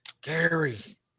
Gary